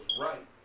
right